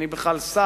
אני בכלל שר.